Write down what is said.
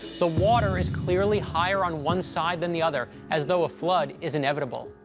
the water is clearly higher on one side than the other, as though a flood is inevitable.